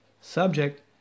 subject